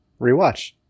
rewatch